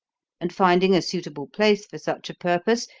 and, finding a suitable place for such a purpose,